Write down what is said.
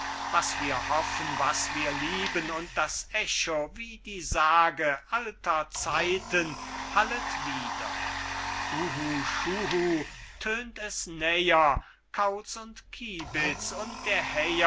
was wir hoffen was wir lieben und das echo wie die sage alter zeiten hallet wieder uhu schuhu tönt es näher kauz und kibitz und der